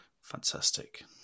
Fantastic